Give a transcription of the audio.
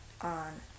on